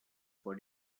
for